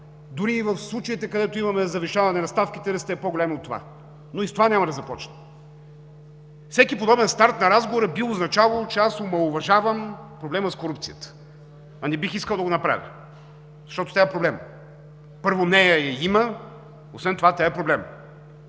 дори и в случаите, където имаме завишаване на ставките, ръстът е по-голям от това, но и с това няма да започна. Всеки подобен старт на разговора би означавало, че аз омаловажавам проблема с корупцията, а не бих искал да го направя, защото сега е проблем. Първо, нея я има, освен това тя е проблем.